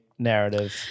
narrative